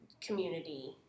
community